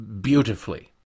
beautifully